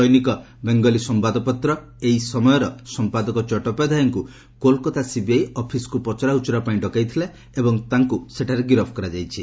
ଦୈନିକ ବେଙ୍ଗଲି ସମ୍ଘାଦପତ୍ର 'ଏଇ ସମୟ'ର ସମ୍ପାଦକ ଚଟୋପାଧ୍ୟାୟଙ୍କୁ କୋଲକାତା ସିବିଆଇ ଅଫିସ୍କୁ ପଚରାଉଚରା ପାଇଁ ଡକାଯାଇଥିଲା ଏବଂ ତାଙ୍କୁ ସେଠାରେ ଗିରଫ୍ କରାଯାଇଛି